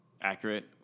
accurate